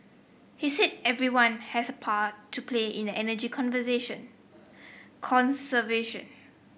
he said everyone has a part to play in an energy conversation conservation